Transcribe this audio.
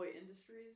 Industries